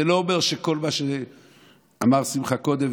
זה לא אומר שבכל מה שאמר שמחה קודם,